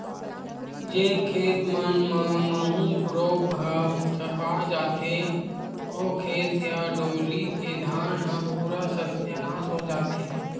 जेन खेत मन म माहूँ रोग ह झपा जथे, ओ खेत या डोली के धान ह पूरा सत्यानास हो जथे